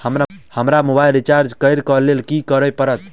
हमरा mobile recharge करऽ केँ लेल की करऽ पड़त?